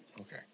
Okay